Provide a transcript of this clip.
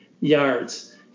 yards